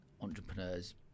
entrepreneurs